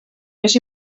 més